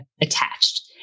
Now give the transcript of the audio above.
attached